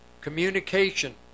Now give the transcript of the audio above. communication